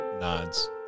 nods